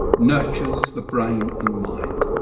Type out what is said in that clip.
nurtures the brain and mind.